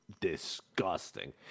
Disgusting